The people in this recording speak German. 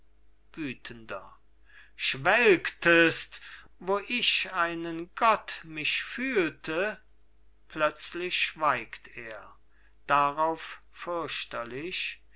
wüthender schwelgtest wo ich einen gott mich fühlte plötzlich schweigt er darauf